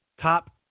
top